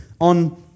on